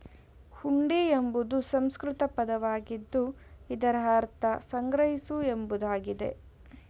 ಹುಂಡಿ ಎಂಬುದು ಸಂಸ್ಕೃತ ಪದವಾಗಿದ್ದು ಇದರ ಅರ್ಥ ಸಂಗ್ರಹಿಸು ಎಂಬುದಾಗಿದೆ